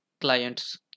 clients